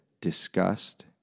discussed